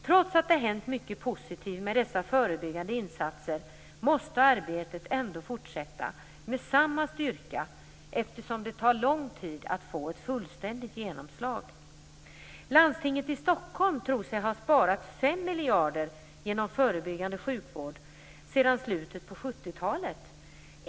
Trots att det hänt mycket positivt med dessa förebyggande insatser måste arbetet ändå fortsätta med samma styrka eftersom det tar lång tid att få ett fullständigt genomslag. Landstinget i Stockholm tror sig ha sparat 5 miljarder genom förebyggande sjukvård sedan slutet av 70-talet.